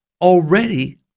already